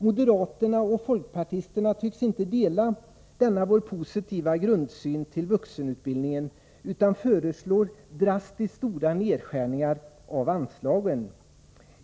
Moderaterna och folkpartisterna tycks inte dela denna positiva grundsyn på vuxenutbildningen utan föreslår drastiskt stora nedskärningar av anslagen.